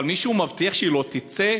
אבל מישהו מבטיח שהיא לא תצא?